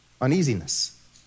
uneasiness